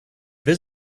been